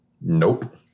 Nope